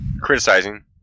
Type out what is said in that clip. criticizing